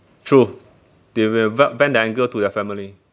true they will ve~ vent the anger to their family